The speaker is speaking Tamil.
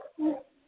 ம்